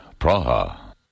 Praha